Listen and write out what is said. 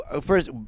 First